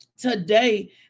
today